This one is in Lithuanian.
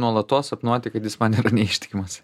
nuolatos sapnuoti kad jis man neištikimas